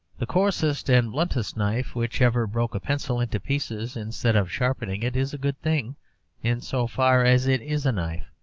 the coarsest and bluntest knife which ever broke a pencil into pieces instead of sharpening it is a good thing in so far as it is a knife.